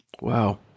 Wow